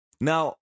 Now